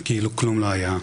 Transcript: כאילו כלום לא היה.